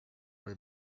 kui